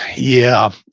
yeah,